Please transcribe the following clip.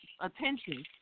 attention